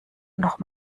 noch